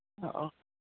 ꯑꯣ